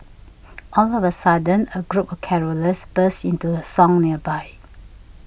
all of a sudden a group of carollers burst into a song nearby